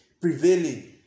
prevailing